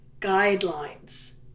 guidelines